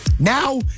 Now